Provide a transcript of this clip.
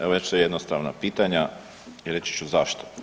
Evo ja ću sve jednostavna pitanja i reći ću zašto.